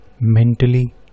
mentally